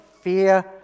fear